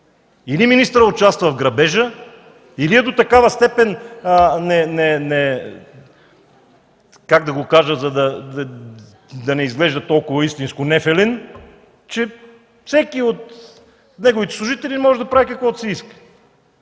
Или министърът участва в грабежа, или е до такава степен – как да го кажа, за да не изглежда толкова истинско, нефелен, че всеки от неговите служители може да прави каквото си иска?!